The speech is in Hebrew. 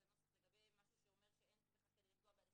הנוסח לגבי משהו שאומר שאין בכל כדי לפגוע בהליכי חקירה.